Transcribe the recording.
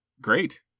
Great